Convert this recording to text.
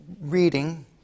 reading